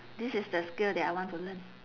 this is the skill that I want to learn